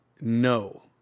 No